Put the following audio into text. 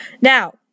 Now